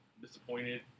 disappointed